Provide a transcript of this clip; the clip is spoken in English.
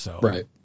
Right